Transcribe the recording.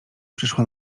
przyszła